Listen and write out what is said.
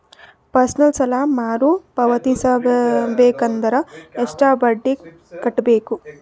Personal ಸಾಲ ಮರು ಪಾವತಿಸಬೇಕಂದರ ಎಷ್ಟ ಬಡ್ಡಿ ಕಟ್ಟಬೇಕು?